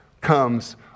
comes